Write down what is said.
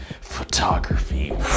Photography